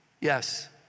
Yes